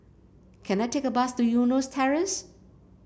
can I take a bus to Eunos Terrace